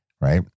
right